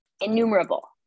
innumerable